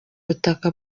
butaka